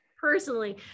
personally